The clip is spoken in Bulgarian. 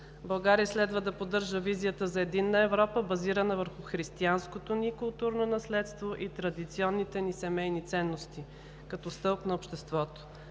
България следва да поддържа визията за единна Европа, базирана върху християнското ни културно наследство и традиционните ни семейни ценности, като стълб на обществото.